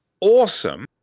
awesome